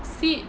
see